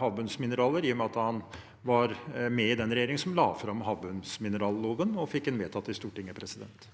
havbunnsmineraler, i og med at han var med i den regjeringen som la fram havbunnsmineralloven og fikk den vedtatt i Stortinget. Une